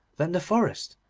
than the forest,